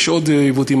יש עוד עיוותים,